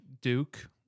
Duke